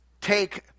take